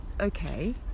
okay